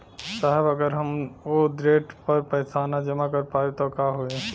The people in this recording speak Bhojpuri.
साहब अगर हम ओ देट पर पैसाना जमा कर पाइब त का होइ?